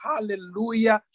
Hallelujah